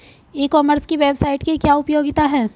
ई commerce की website की क्या उपयोगिता है?